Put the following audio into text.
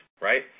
right